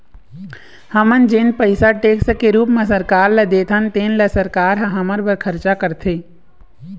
हमन जेन पइसा टेक्स के रूप म सरकार ल देथन तेने ल सरकार ह हमर बर खरचा करथे